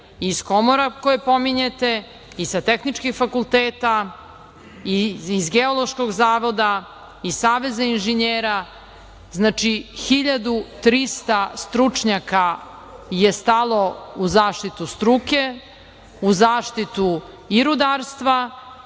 iz komora koje pominjete i sa tehničkih fakulteta i iz Geološkog zavoda, iz saveza inženjera. Znači, 1.300 stručnjaka je stalo u zaštitu struke, u zaštitu i rudarstva